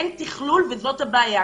אין תכלול, וזו הבעיה.